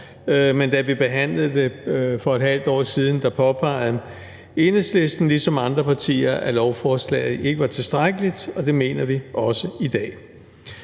Men da vi behandlede det for et halvt år siden, påpegede Enhedslisten ligesom andre partier, at lovforslaget ikke var tilstrækkeligt, og det mener vi også i dag.